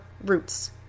roots